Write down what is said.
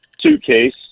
Suitcase